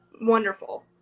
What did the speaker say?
wonderful